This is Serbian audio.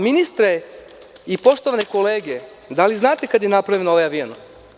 Ministre i poštovane kolege, da li znate kada je napravljen ovaj avion?